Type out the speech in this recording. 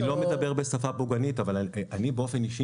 אני לא מדבר בשפה פוגענית אבל אני באופן אישי